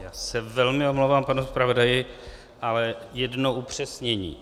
Já se velmi omlouvám, pane zpravodaji, ale jedno upřesnění.